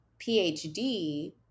PhD